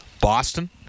Boston